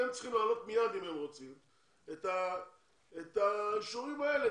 הם צריכים לעלות מיד ואת האישורים האלה,